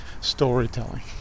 storytelling